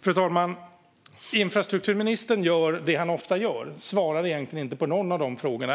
Fru talman! Infrastrukturministern gör det han ofta gör, nämligen låter bli att svara på egentligen någon av frågorna.